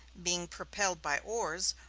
being propelled by oars,